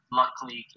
luckily